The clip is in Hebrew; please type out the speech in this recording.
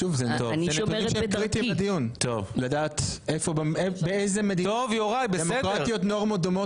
אני מבקש לדעת באיזה מדינות דמוקרטיות עם נורמות דומות